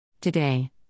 Today